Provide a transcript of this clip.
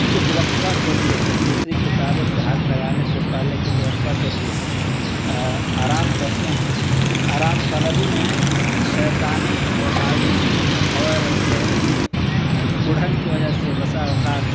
تو اس وقفہ کے لیے دوسری کتابوں کے ہاتھ لگانے سے پہلے کچھ وقفہ کے لیے آرام کرتے ہیں اس آرام طلبی میں شیطانی وساوس اور ذہنی کڑھن کی وجہ سے بسا اوقات